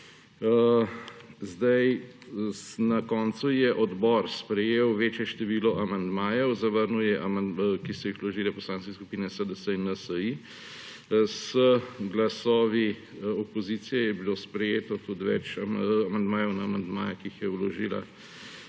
Na koncu je odbor sprejel večje število amandmajev, ki so jih vložile poslanske skupine SDS in NSi. Z glasovi opozicije je bilo sprejeto tudi več amandmajev na amandmaje, ki jih je vložila